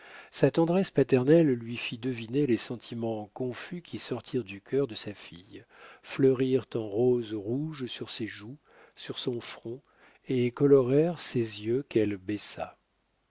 sa tendresse paternelle lui fit deviner les sentiments confus qui sortirent du cœur de sa fille fleurirent en roses rouges sur ses joues sur son front et colorèrent ses yeux qu'elle baissa